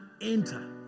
enter